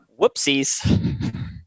whoopsies